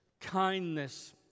kindness